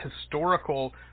historical